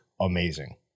amazing